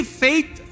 faith